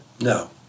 No